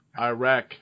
Iraq